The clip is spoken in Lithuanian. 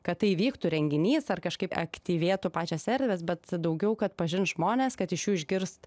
kad tai įvyktų renginys ar kažkaip aktyvėtų pačios erdvės bet daugiau kad pažint žmones kad iš jų išgirst